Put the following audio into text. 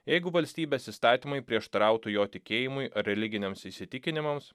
jeigu valstybės įstatymai prieštarautų jo tikėjimui ar religiniams įsitikinimams